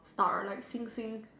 star like 星星